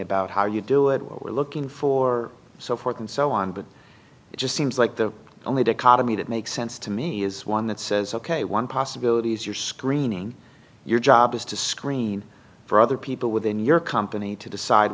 about how you do it what we're looking for so forth and so on but it just seems like the only dick out of me that makes sense to me is one that says ok one possibility is you're screening your job is to screen for other people within your company to decide